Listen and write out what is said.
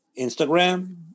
Instagram